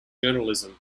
journalism